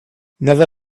never